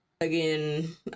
again